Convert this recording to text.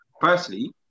Firstly